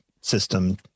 system